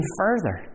further